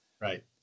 Right